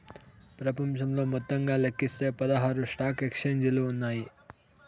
ప్రపంచంలో మొత్తంగా లెక్కిస్తే పదహారు స్టాక్ ఎక్స్చేంజిలు ఉన్నాయి